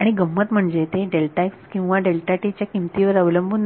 आणि गंमत म्हणजे ते किंवा च्या किमतींवर अवलंबून नाही